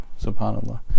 subhanAllah